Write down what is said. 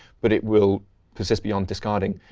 but it will persist beyond discarding.